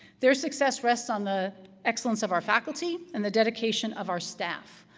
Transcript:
their success rests on the excellence of our faculty and the dedication of our staff,